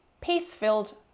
peace-filled